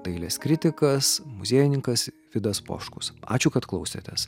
dailės kritikas muziejininkas vidas poškus ačiū kad klausėtės